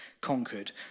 conquered